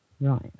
Right